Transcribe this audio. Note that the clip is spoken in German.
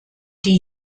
die